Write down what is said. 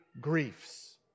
griefs